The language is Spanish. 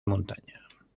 montaña